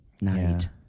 night